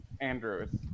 Andrews